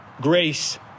grace